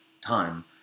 time